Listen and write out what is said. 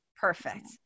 Perfect